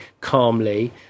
calmly